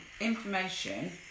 information